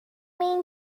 mean